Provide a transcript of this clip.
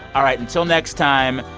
all right. until next time,